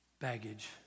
baggage